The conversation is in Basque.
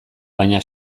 baina